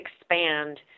expand